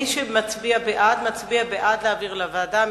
מי שמצביע בעד, מצביע בעד להעביר לוועדה.